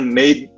made